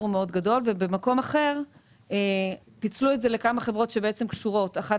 גדול מאוד ואילו במקום אחר פיצלו את זה לכמה חברות שקשורות האחת